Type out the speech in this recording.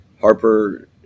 Harper